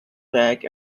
bag